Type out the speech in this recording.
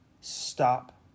Stop